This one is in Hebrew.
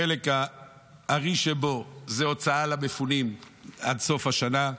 חלק הארי שלהם זה הוצאה למפונים עד סוף השנה,